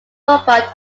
robot